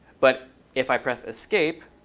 but if i press escape,